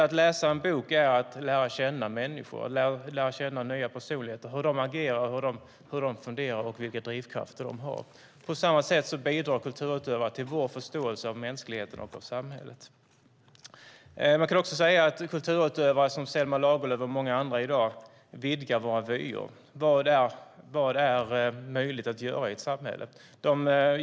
Att läsa en bok är att lära känna människor och nya personligheter - hur de agerar, hur de funderar och vilka drivkrafter de har. På samma sätt bidrar kulturutövare till vår förståelse av mänskligheten och samhället. Man kan också säga att kulturutövare som Selma Lagerlöf och många andra i dag vidgar våra vyer. De låter oss se vad som är möjligt att göra i ett samhälle.